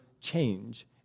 change